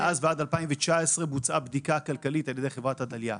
מאז ועד 2019 בוצעה בדיקה כלכלית על ידי חברת עדליא.